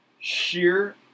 sheer